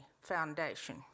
Foundation